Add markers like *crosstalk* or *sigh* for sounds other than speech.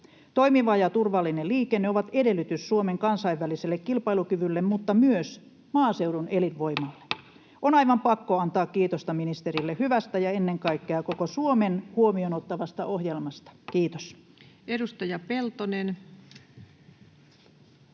Toimiva ja turvallinen liikenne ovat edellytys Suomen kansainväliselle kilpailukyvylle mutta myös maaseudun elinvoimalle. *noise* On aivan pakko antaa kiitosta ministerille hyvästä ja ennen kaikkea koko Suomen huomioon ottavasta ohjelmasta. — Kiitos. [Speech